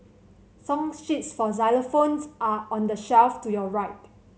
song sheets for xylophones are on the shelf to your right